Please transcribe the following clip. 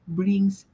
brings